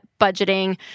budgeting